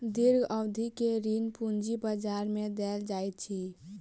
दीर्घ अवधि के ऋण पूंजी बजार में देल जाइत अछि